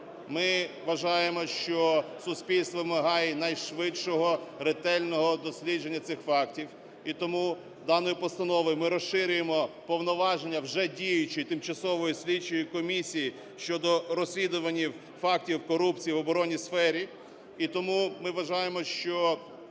Ми вважаємо, що суспільство вимагає найшвидшого, ретельного дослідження цих фактів. І тому даною постановою ми розширюємо повноваження вже діючої тимчасової слідчої комісії щодо розслідувань фактів корупції в оборонній сфері. І тому ми вважаємо, що